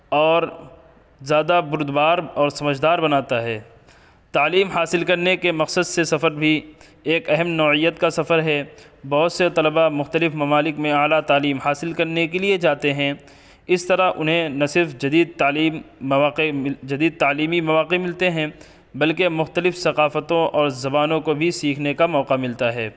اور زیادہ بردبار اور سمجھدار بناتا ہے تعلیم حاصل کرنے کے مقصد سے سفر بھی ایک اہم نوعیت کا سفر ہے بہت سے طلباء مختلف ممالک میں اعلیٰ تعلیم حاصل کرنے کے لیے جاتے ہیں اس طرح انہیں نہ صرف جدید تعلیم مواقع جدید تعلیمی مواقع ملتے ہیں بلکہ مختلف ثقافتوں اور زبانوں کو بھی سیکھنے کا موقع ملتا ہے